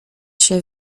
się